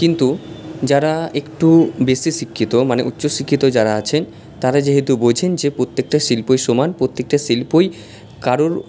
কিন্তু যারা একটু বেশি শিক্ষিত মানে উচ্চশিক্ষিত যারা আছেন তারা যেহেতু বোঝেন যে প্রত্যেকটা শিল্পই সমান প্রত্যেকটা শিল্পই কারোর